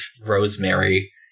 rosemary